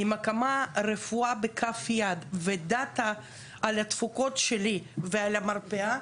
עם הקמת הרפואה בכף היד ודאטא על התפוקות שלי ועל המרפאה,